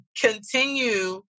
continue